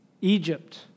Egypt